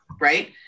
right